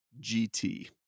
GT